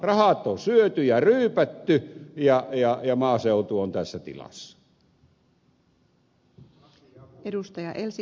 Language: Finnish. rahat on syöty ja ryypätty ja maaseutu on tässä tilassa